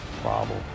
problem